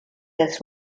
des